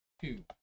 two